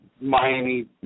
Miami